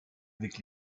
avec